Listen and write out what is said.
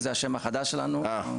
השם החדש שלנו זה מערך הדיגיטל הלאומי,